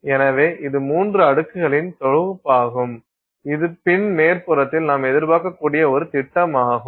எனவே இது மூன்று அடுக்குகளின் தொகுப்பாகும் இது பின் மேற்புறத்தில் நாம் எதிர்பார்க்கக்கூடிய ஒரு திட்டமாகும்